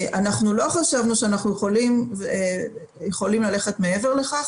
אנחנו לא חשבנו שאנחנו יכולים ללכת מעבר לכך